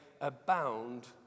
abound